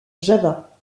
java